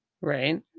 Right